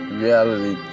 reality